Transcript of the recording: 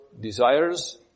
desires